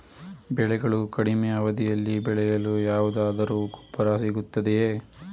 ಬೆಳೆಗಳು ಕಡಿಮೆ ಅವಧಿಯಲ್ಲಿ ಬೆಳೆಯಲು ಯಾವುದಾದರು ಗೊಬ್ಬರ ಸಿಗುತ್ತದೆಯೇ?